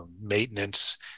maintenance